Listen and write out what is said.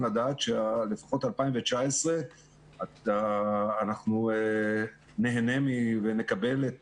לדעת שלפחות ב-2019 אנחנו נהנה ונקבל את